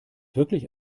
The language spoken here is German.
wirklich